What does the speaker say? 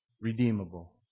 redeemable